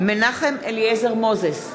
מנחם אליעזר מוזס,